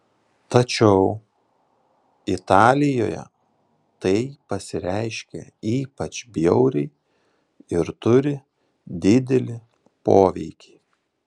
tačiau italijoje tai pasireiškia ypač bjauriai ir turi didelį poveikį